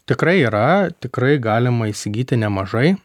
tikrai yra tikrai galima įsigyti nemažai